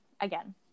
again